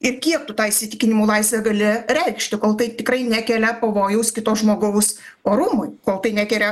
ir kiek tu tą įsitikinimų laisvę gali reikšti kol tai tikrai nekelia pavojaus kito žmogaus orumui kol tai nekeria